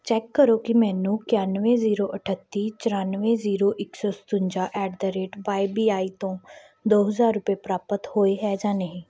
check ਕਰੋ ਕਿ ਮੈਨੂੰ ਇਕਾਨਵੇਂ ਜ਼ੀਰੋ ਅਠੱਤੀ ਚੁਰਾਨਵੇਂ ਜ਼ੀਰੋ ਇੱਕ ਸੌ ਸਤਵੰਜਾ at the rate Y B I ਤੋਂ ਦੋ ਹਜ਼ਾਰ ਰੁਪਏ ਪ੍ਰਾਪਤ ਹੋਏ ਹੈ ਜਾਂ ਨਹੀਂ